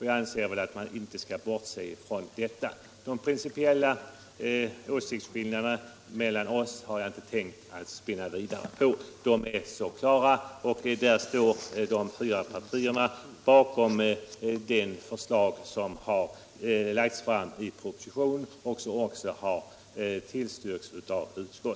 Jag anser att man inte skall bortse från detta. De principiella åsiktsskillnaderna mellan oss tänker jag inte spinna vidare på — de är helt klara. Riksdagens övriga fyra partier står i princip bakom det förslag som har lagts fram i propositionen, och utskottet har tillstyrkt det.